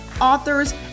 authors